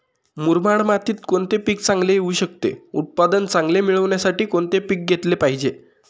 मुरमाड मातीत कोणते पीक चांगले येऊ शकते? उत्पादन चांगले मिळण्यासाठी कोणते पीक घेतले पाहिजे?